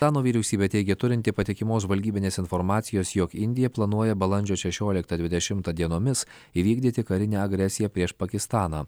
rano vyriausybė teigia turinti patikimos žvalgybinės informacijos jog indija planuoja balandžio šešioliktą dvidešimtą dienomis įvykdyti karinę agresiją prieš pakistaną